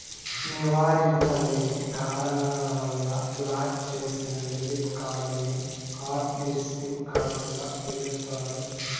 నివారించలేని కారణాల వల్ల బ్లాక్ చేసిన డెబిట్ కార్డుని హాట్ లిస్టింగ్ కార్డుగ పిలుస్తారు